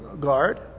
guard